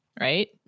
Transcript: right